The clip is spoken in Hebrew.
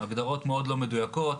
ההגדרות מאוד לא מדויקות.